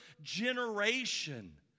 generation